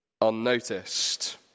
unnoticed